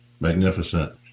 magnificent